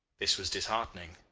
this was disheartening.